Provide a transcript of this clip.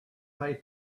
pay